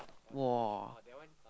!wah!